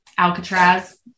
Alcatraz